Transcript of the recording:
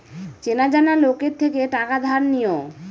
চেনা জানা লোকের থেকে টাকা ধার নিও